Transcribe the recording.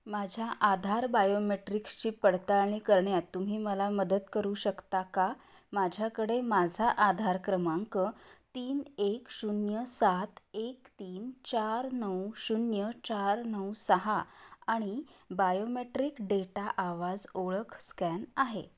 माझ्या आधार बायोमेट्रिक्सची पडताळणी करण्यात तुम्ही मला मदत करू शकता का माझ्याकडे माझा आधार क्रमांक तीन एक शून्य सात एक तीन चार नऊ शून्य चार नऊ सहा आणि बायोमेट्रिक डेटा आवाज ओळख स्कॅन आहे